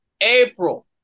April